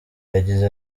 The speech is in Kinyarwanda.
yagize